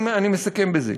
אני מסכם בזה.